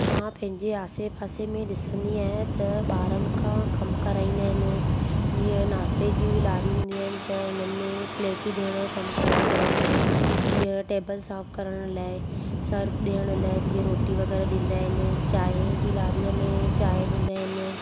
मां पंहिंजे आसे पासे में ॾिसंदी आहियां त ॿारनि खां कम कराईंदा आहिनि जीअं नाश्ते जी लारी हूंदियूं आहिनि त हुननि में प्लेटूं धोइण जो कम कराईंदा आहिनि जीअं टेबल साफ़ करण लाइ सर्फ ॾियण लाइ जीअं रोटी वग़ैरह ॾींदा आहिनि चांहि जी लारीअ में चांहि ॾींदा आहिनि